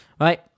Right